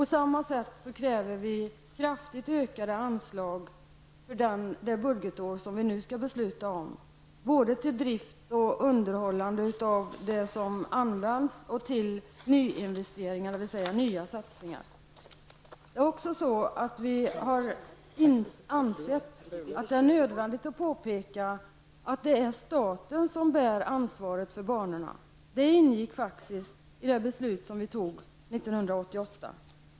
På samma sätt kräver vi kraftigt ökade anslag för det budgetår som vi nu skall besluta om, både till drift och underhåll av det som nu används och till nyinvesteringar, nya satsningar. Vi har ansett att det är nödvändigt att påpeka att det är staten som bär ansvaret för banorna. Det ingick faktiskt i det beslut som vi fattade 1988.